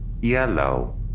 yellow